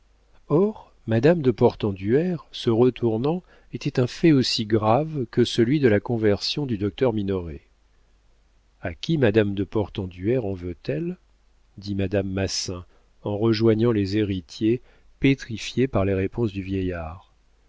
or madame de portenduère se retournant était un fait aussi grave que celui de la conversion du docteur minoret a qui madame de portenduère en veut-elle dit madame massin en rejoignant les héritiers pétrifiés par les réponses du vieillard